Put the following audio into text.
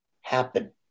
happen